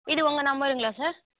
இது உங்கள் நம்பருங்களா சார்